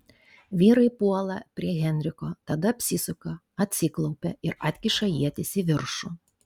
vyrai puola prie henriko tada apsisuka atsiklaupia ir atkiša ietis į viršų